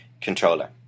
controller